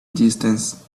distance